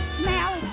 smell